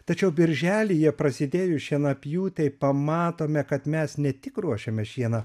tačiau birželyje prasidėjus šienapjūtei pamatome kad mes ne tik ruošiame šieną